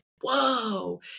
Whoa